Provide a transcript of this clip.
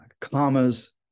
commas